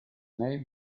name